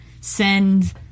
send